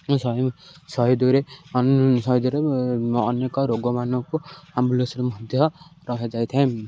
ଶହେ ଶହେ ଦୁଇରେ ଶହେ ଦୁଇରେ ଅନେକ ରୋଗମାନଙ୍କୁ ଆମ୍ବୁଲାନ୍ସରେ ମଧ୍ୟ ରଖାଯାଇଥାଏ